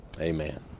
Amen